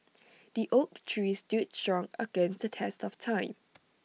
the oak tree stood strong against the test of time